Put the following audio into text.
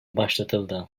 başlatıldı